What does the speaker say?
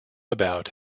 about